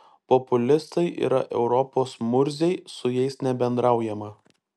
populistai yra europos murziai su jais nebendraujama